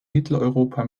mitteleuropa